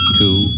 two